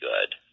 good